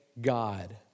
God